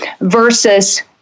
versus